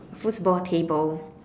foosball table